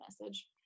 message